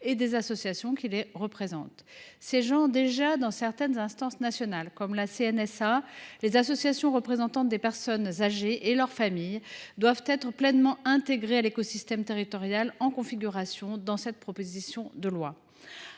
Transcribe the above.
et des associations qui les représentent. Siégeant déjà dans certaines instances nationales comme la CNSA, les associations représentant les personnes âgées et leurs familles doivent être pleinement intégrées à l’écosystème territorial tel qu’il est configuré par cette proposition de loi.